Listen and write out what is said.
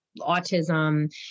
autism